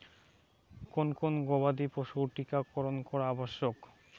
কোন কোন গবাদি পশুর টীকা করন করা আবশ্যক?